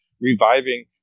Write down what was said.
reviving